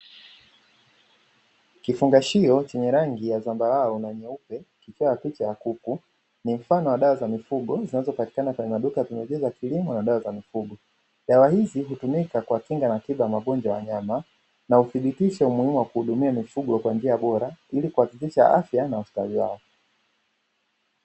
Kifungashio chenye rangi ya zambarau na nyeupe kikiwa na picha ya kuku, ni mfano wa dawa za mifugo zinazopatikana kwenye maduka ya pembejeo za kilimo na dawa za mifugo. Dawa hizi hutumika kuwakinga na tiba ya magonjwa ya wanyama na huthibitisha umuhimu wa kuhudumia mifugo kwa njia bora ili kuhakikisha afya na ustawi wao.